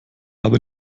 habe